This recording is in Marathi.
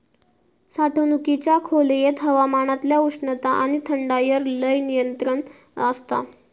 साठवणुकीच्या खोलयेत हवामानातल्या उष्णता आणि थंडायर लय नियंत्रण आसता